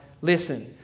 listen